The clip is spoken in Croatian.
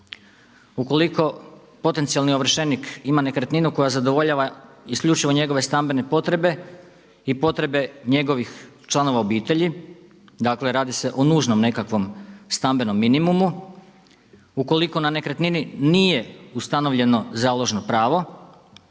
ukoliko potencijalni ovršenik ima nekretninu koja zadovoljava isključivo njegove stambene potrebe i potrebe njegovih članova obitelji, dakle radi se o nužnom nekakvom stambenom minimumu, ukoliko na nekretnini nije ustanovljeno založno pravo